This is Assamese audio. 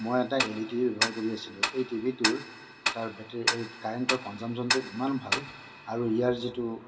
মই এটা এল ই ডি ব্যৱহাৰ কৰি আছিলোঁ এই টিভিটোৰ তাৰ বেটেৰী এই কাৰেণ্টৰ কনজামচনটো ইমান ভাল আৰু ইয়াৰ যিটো